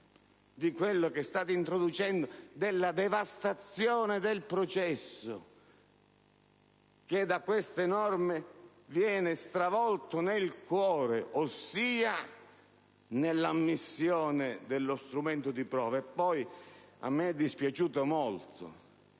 di ciò che state introducendo, della devastazione del processo, che da queste norme viene stravolto nel cuore, ossia nell'ammissione dello strumento di prova? Inoltre, a me è dispiaciuto molto